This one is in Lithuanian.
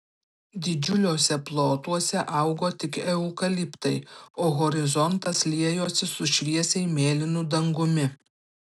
didžiuliuose plotuose augo tik eukaliptai o horizontas liejosi su šviesiai mėlynu dangumi